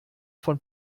von